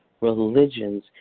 religions